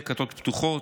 חלק כתות פתוחות.